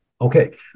Okay